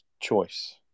choice